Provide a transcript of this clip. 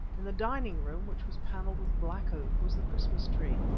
in the dining-room, which was panelled with black oak, was the christmas-tree.